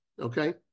okay